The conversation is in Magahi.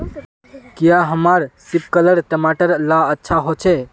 क्याँ हमार सिपकलर टमाटर ला अच्छा होछै?